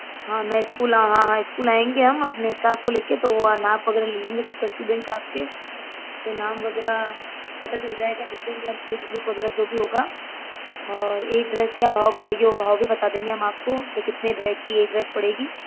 हाँ मैं स्कूल आ हाँ हाँ स्कूल आएँगे हम अपने स्टाफ को लेके तो वहाँ नाप वगैरह ले लेंगे तब का स्टूडेंट का आपके तो नाम वगैरह पता चल जाएगा लिख देंगे हम ऐज ग्रुप वगैरह जो भी होगा और एक ड्रेस क्या भाव पड़ेगी वो भाव भी बता देंगे हम आपको कि कितने रेट की एक ड्रेस पड़ेगी